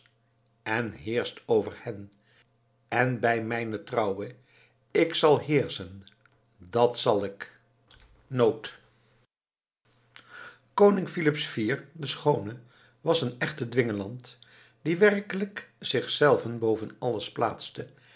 en heersch over hen en bij mijne trouwe ik zal heerschen dat zal ik koning filips iv de schoone was een echte dwingeland die werkelijk zich zelven boven alles plaatste